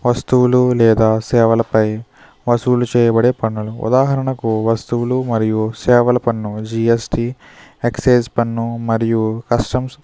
వస్తువులు లేదా సేవలపై వసూలు చేయబడే పన్నులు ఉదాహరణకు వస్తువులు మరియు సేవల పన్ను జిఎస్టి ఎక్సేజ్ పన్ను మరియు కస్టమ్స్